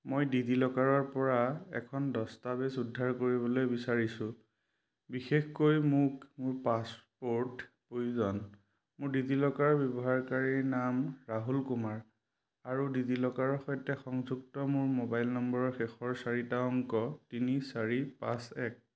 মই ডিজিলকাৰৰপৰা এখন দস্তাবেজ উদ্ধাৰ কৰিবলৈ বিচাৰিছোঁ বিশেষকৈ মোক মোৰ পাছপোৰ্ট প্ৰয়োজন মোৰ ডিজিলকাৰ ব্যৱহাৰকাৰী নাম ৰাহুল কুমাৰ আৰু ডিজিলকাৰৰ সৈতে সংযুক্ত মোৰ মোবাইল নম্বৰৰ শেষৰ চাৰিটা অংক তিনি চাৰি পাঁচ এক